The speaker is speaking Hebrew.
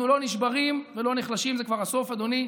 אנחנו לא נשברים ולא נחלשים, זה כבר הסוף, אדוני.